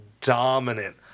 dominant